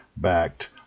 Backed